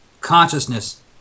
consciousness